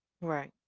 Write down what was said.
Right